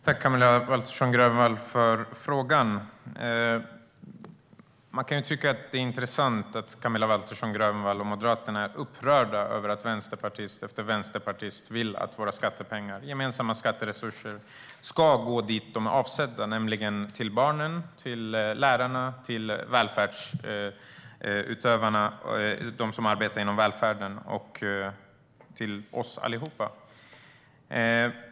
Herr talman! Tack, Camilla Waltersson Grönvall, för frågan! Det är intressant att Camilla Waltersson Grönvall och Moderaterna är upprörda över att vänsterpartist efter vänsterpartist vill att våra gemensamma skatteresurser ska gå dit de är avsedda, nämligen till barnen, till lärarna, till dem som arbetar inom välfärden och till oss allihop.